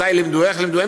מתי לימדו ואיך לימדו.